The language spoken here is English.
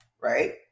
right